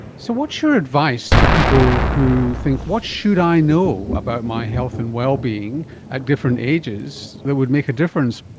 so what's your advice to people who think what should i know about my health and well-being at different ages that would make a difference?